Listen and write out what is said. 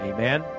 Amen